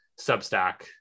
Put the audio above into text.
substack